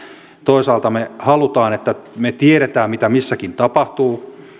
toisaalta me haluamme että me tiedämme mitä missäkin tapahtuu